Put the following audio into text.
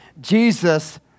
Jesus